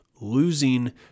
losing